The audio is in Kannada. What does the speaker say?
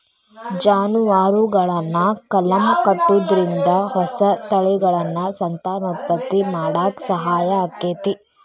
ಜಾನುವಾರುಗಳನ್ನ ಕಲಂ ಕಟ್ಟುದ್ರಿಂದ ಹೊಸ ತಳಿಗಳನ್ನ ಸಂತಾನೋತ್ಪತ್ತಿ ಮಾಡಾಕ ಸಹಾಯ ಆಕ್ಕೆತಿ